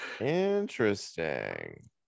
interesting